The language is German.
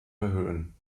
erhöhen